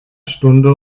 stunde